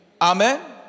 Amen